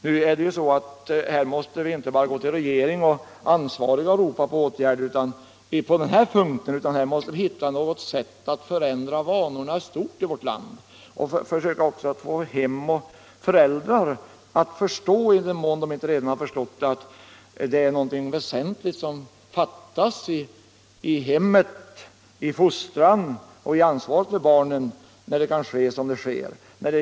På den här, punkten kan vi inte bara gå till regering och ansvariga och ropa på åtgärder utan här måste vi hitta ett sätt att förändra vanorna i stort i vårt land. Vi måste även försöka få hem och föräldrar att förstå — i den mån de inte redan gjort det — att det är något väsentligt som fattas i hemmet, i fostran och i ansvar för barnen när något dylikt kan ske.